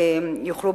אז יוכלו,